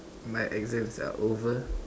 my exams are over